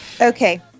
okay